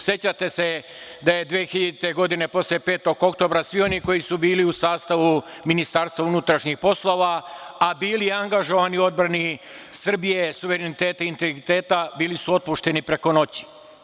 Sećate se, 2000. godine posle 5. oktobra svi oni koji su bili u sastavu Ministarstva unutrašnjih poslova, a bili angažovani u odbrani Srbije, suvereniteta i integriteta bili su otpušteni preko noći.